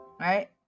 right